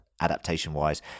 adaptation-wise